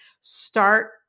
start